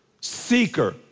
seeker